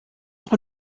auch